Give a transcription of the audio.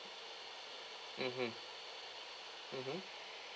mmhmm mmhmm